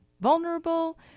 vulnerable